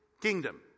kingdom